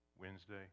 Wednesday